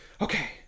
Okay